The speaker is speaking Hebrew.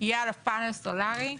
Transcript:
יהיה פנל סולרי,